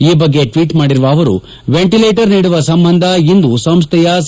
ಈ ಬಗ್ಗೆ ಟ್ವೀಟ್ ಮಾಡಿರುವ ಅವರು ವೆಂಟಿಲೇಟರ್ ನೀಡುವ ಸಂಬಂಧ ಇಂದು ಸಂಸ್ಥೆಯ ಸಿ